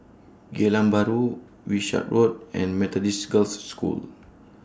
Geylang Bahru Wishart Road and Methodist Girls' School